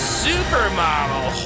supermodel